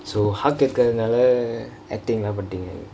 so haq இருக்குர நால:irukra naala actingk பன்னிட்டிங்க:pannittingka